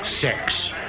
six